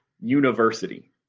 university